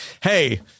hey